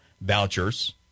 vouchers